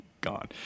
gone